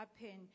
happen